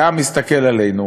והעם מסתכל עלינו,